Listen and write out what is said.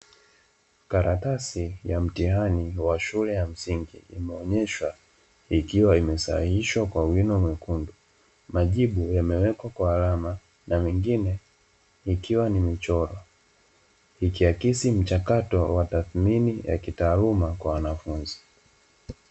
Karatasi ya mtihani wa shule ya msingi imeonyeshwa ikiwa imesahihishwa kwa wino mwekundu, majibu yamewekwa kwa alama na mengine ikiwa ni michoro ikiakisi mchakato wa tathmini ya kitaaluma kwa wanafunzi.